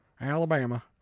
Alabama